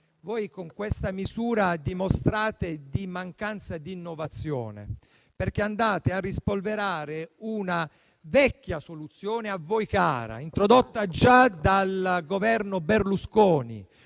con questa misura dimostrate di avere mancanza di innovazione, perché andate a rispolverare una vecchia soluzione a voi cara, introdotta già dal Governo Berlusconi,